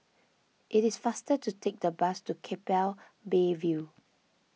it is faster to take the bus to Keppel Bay View